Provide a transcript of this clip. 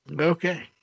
Okay